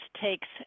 takes